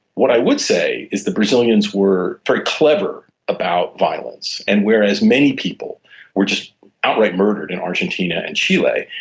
what i would say is the brazilians were very clever about violence. and whereas many people were just outright murdered in argentina and chile,